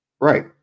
Right